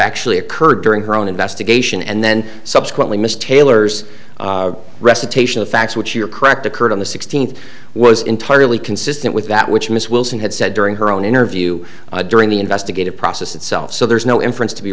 actually occurred during her own investigation and then subsequently mr taylor's recitation of facts which you're correct occurred on the sixteenth was entirely consistent with that which ms wilson had said during her own interview during the investigative process itself so there is no inference to be